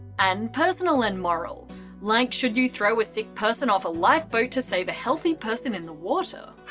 and personal and moral like, should you throw a sick person off a lifeboat to save a healthy person in the water?